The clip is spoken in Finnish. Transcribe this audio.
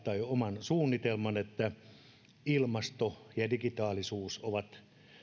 tai oman suunnitelman että ilmasto ja ja digitaalisuus ovat